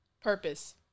Purpose